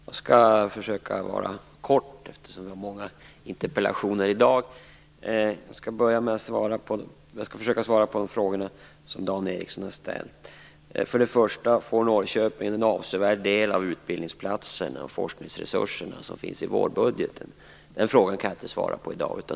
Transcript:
Fru talman! Jag skall försöka vara kortfattad, eftersom det är många interpellationer i dag. Jag skall försöka svara på de frågor som Dan Ericsson har ställt. Den första frågan var: Får Norrköping en avsevärd del av de utbildningsplatser och forskningsresurser som finns i vårbudgeten? Den frågan kan jag inte svara på i dag.